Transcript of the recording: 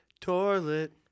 toilet